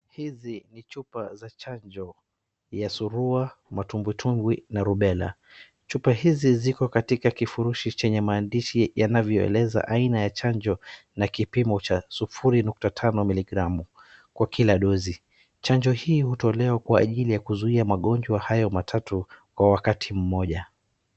Hizi ni chupa za chanjo ya surua, matumbwitumbwi na rubella. Chupa hizi ziko katika kifurishi chenye maandishi yanavyoeleza aina ya chanjo na kipimo cha sufuri nukta tano miligramu, kwa kila dosi. Chanjo hii hutolewa kwa kuzuia magonjwa hayo matatu kwa wakati mmoja.